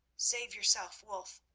save yourself, wulf,